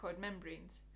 membranes